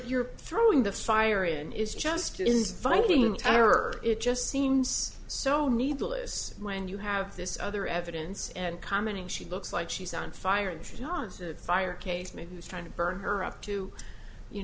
you're throwing the fire in is just is viking terror it just seems so needless when you have this other evidence and commenting she looks like she's on fire and for jobs of fire case maybe it's time to burn her up to you